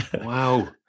Wow